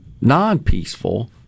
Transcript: non-peaceful